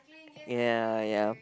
ya ya